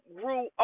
grew